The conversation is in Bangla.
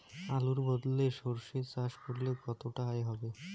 আলুর বদলে সরষে চাষ করলে কতটা আয় হবে?